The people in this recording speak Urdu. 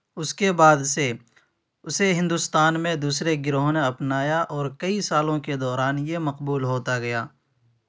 اس کے بعد سے اسے ہندوستان میں دوسرے گروہوں نے اپنایا اور کئی سالوں کے دوران یہ مقبول ہوتا گیا